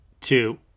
two